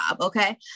okay